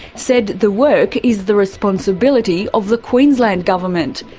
said the work is the responsibility of the queensland government,